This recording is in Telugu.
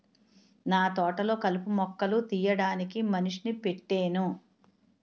నాతోటలొ కలుపు మొక్కలు తీయడానికి మనిషిని పెట్టేను